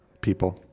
people